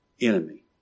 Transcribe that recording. enemy